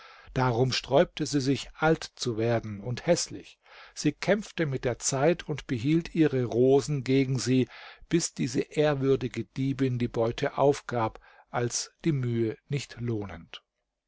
darum sträubte sie sich alt zu werden und häßlich sie kämpfte mit der zeit und behielt ihre rosen gegen sie bis diese ehrwürdige diebin die beute aufgab als die mühe nicht lohnend